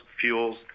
fuels